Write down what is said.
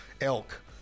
elk